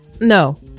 No